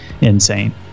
insane